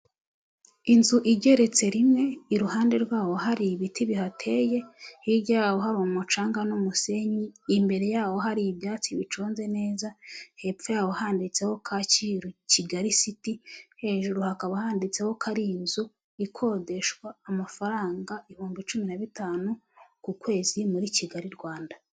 Inzu igeretse rimwe iruhande rwaho hari ibiti bihateye, hirya yaho hari mu mucanga n'umusenyi, imbere yawo hari ibyatsi biconze neza, hepfo yawo handitseho Kacyiru Kigali citi, hejuru hakaba handitseho ko ari inzu ikodeshwa amafaranga ibihumbi cumi na bitanu ku kwezi muri Kigali Rwanda.